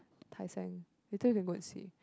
Tai-Seng later you go and see